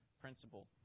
principle